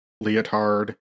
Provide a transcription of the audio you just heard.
leotard